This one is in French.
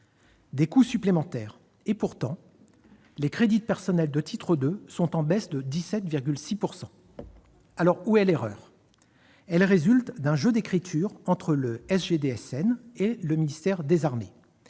des coûts supplémentaires, les crédits de personnel de titre 2 sont en baisse de 17,6 %. Où est l'erreur ? Elle découle d'un jeu d'écriture entre le SGDSN et le ministère des armées.